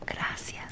Gracias